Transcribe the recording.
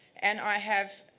and i have